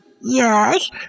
Yes